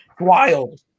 Wild